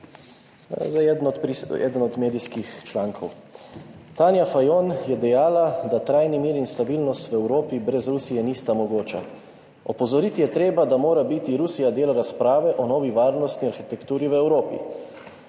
Zdaj, eden od medijskih člankov: »Tanja Fajon je dejala, da trajni mir in stabilnost v Evropi brez Rusije nista mogoča. Opozoriti je treba, da mora biti Rusija del razprave o novi varnostni arhitekturi v Evropi.